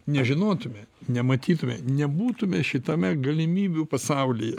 nežinotume nematytume nebūtume šitame galimybių pasaulyje